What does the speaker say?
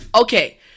Okay